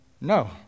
No